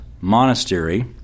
monastery